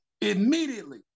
immediately